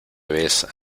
ves